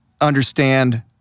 understand